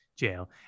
jail